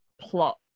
plot